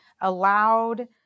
allowed